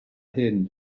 hyn